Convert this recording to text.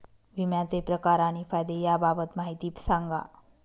विम्याचे प्रकार आणि फायदे याबाबत माहिती सांगा